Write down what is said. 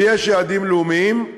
ויש יעדים לאומיים,